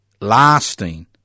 lasting